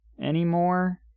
anymore